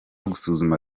gusuzuma